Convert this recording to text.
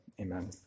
Amen